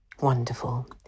Wonderful